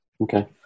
Okay